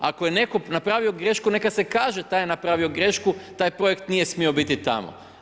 Ako je neko napravio grešku neka se kaže taj je napravio grešku taj projekt nije smio biti tamo.